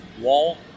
wall